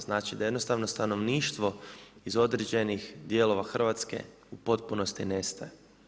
Znači da jednostavno stanovništvo iz određenih dijelova Hrvatske u potpunosti nestaje.